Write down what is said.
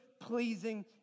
pleasing